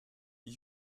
dit